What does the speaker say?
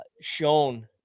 shown